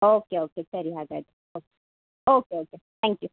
okay okay ಸರಿ ಹಾಗಾದ್ರೆ okay okay okay thank you